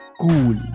cool